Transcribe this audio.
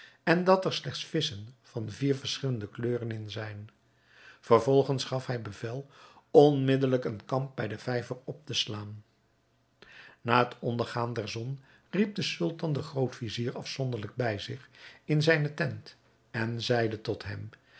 en dat er slechts visschen van vier verschillende kleuren in zijn vervolgens gaf hij bevel onmiddelijk een kamp bij den vijver op te slaan na het ondergaan der zon riep de sultan den groot-vizier afzonderlijk bij zich in zijne tent en zeide tot hem